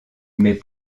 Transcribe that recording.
mais